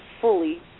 fully